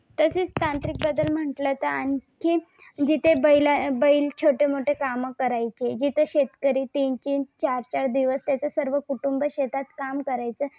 तसेच तांत्रिक बदल म्हटलं तर आणखीन जिथे बैल बैल छोटेमोठे कामं करायचे जिथे शेतकरी तीन तीन चार चार दिवस त्याचे सर्व कुटुंब शेतात काम करायचं